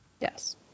Yes